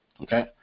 Okay